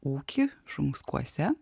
ūkį šunskuose